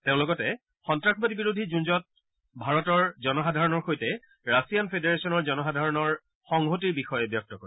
তেওঁ লগতে সন্তাসবাদ বিৰোধী যুঁজত ভাৰতৰ জনসাধাৰণৰ সৈতে ৰাছিয়ান ফেদাৰেচনৰ জনসাধাৰণৰ সংহতিৰ বিষয়ে ব্যক্ত কৰে